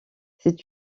c’est